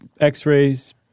x-rays